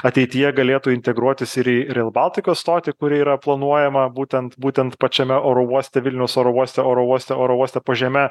ateityje galėtų integruotis ir į ri ril baltikos stotį kuri yra planuojama būtent būtent pačiame oro uoste vilniaus oro uoste oro uoste oro uoste po žeme